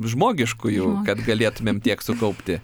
žmogiškųjų kad galėtumėm tiek sukaupti